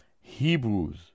Hebrews